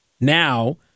Now